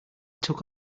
took